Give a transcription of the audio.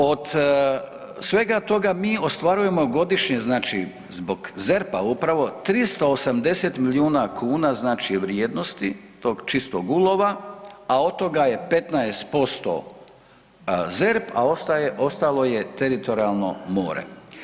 Od svega toga mi ostvarujemo godišnje zbog ZERP-a upravo 380 milijuna kuna vrijednosti tog čistog ulova, a od toga je 15% ZERP, a ostalo je teritorijalno more.